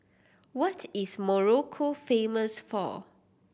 what is Morocco famous for